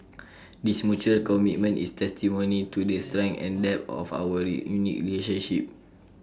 this mutual commitment is testimony to the strength and depth of our unique relationship